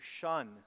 shun